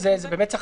זה נרשם